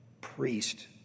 priest